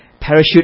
parachute